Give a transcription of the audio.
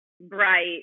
bright